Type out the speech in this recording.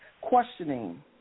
questioning